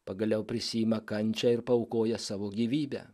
pagaliau prisiima kančią ir paaukoja savo gyvybę